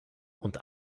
und